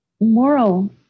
moral